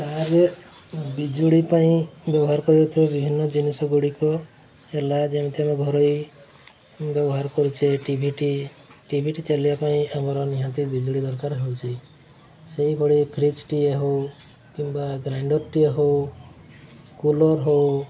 ଗାଁରେ ବିଜୁଳି ପାଇଁ ବ୍ୟବହାର କରାଯାଉଥିବା ବିଭିନ୍ନ ଜିନିଷ ଗୁଡ଼ିକ ହେଲା ଯେମିତି ଆମ ଘରୋଇ ବ୍ୟବହାର କରୁଛେ ଟିଭି ଟି ଟିଭି ଟି ଚାଲିବା ପାଇଁ ଆମର ନିହାତି ବିଜୁଳି ଦରକାର ହେଉଛି ସେଇଭଳି ଫ୍ରିଜ୍ଟିଏ ହେଉ କିମ୍ବା ଗ୍ରାଇଣ୍ଡର୍ଟିଏ ହେଉ କୁଲର୍ ହେଉ